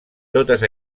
totes